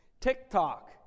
TikTok